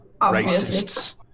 racists